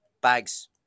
Bags